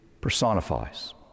personifies